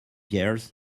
years